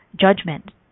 judgment